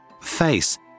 Face